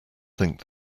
think